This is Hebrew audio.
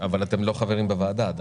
אבל אתם לא חברים בוועדה עדיין.